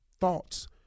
thoughts